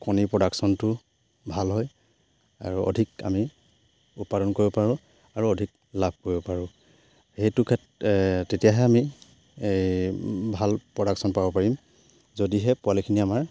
কণীৰ প্ৰডাকশ্যনটো ভাল হয় আৰু অধিক আমি উৎপাদন কৰিব পাৰোঁ আৰু অধিক লাভ কৰিব পাৰোঁ সেইটো ক্ষেত্ৰ তেতিয়াহে আমি ভাল প্ৰডাকশ্যন পাব পাৰিম যদিহে পোৱালিখিনি আমাৰ